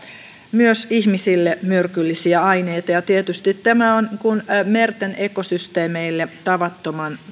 myös ihmisille myrkyllisiä aineita ja tietysti tämä on merten ekosysteemeille tavattoman